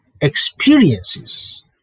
experiences